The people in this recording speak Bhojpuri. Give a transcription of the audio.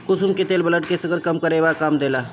कुसुम के तेल ब्लड शुगर के कम करे में काम देला